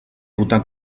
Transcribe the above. ruta